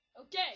Okay